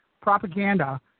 propaganda